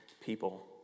people